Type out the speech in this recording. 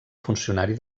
funcionari